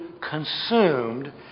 consumed